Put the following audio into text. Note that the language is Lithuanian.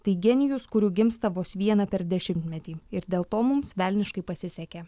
tai genijus kurių gimsta vos vieną per dešimtmetį ir dėl to mums velniškai pasisekė